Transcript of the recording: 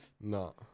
No